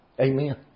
Amen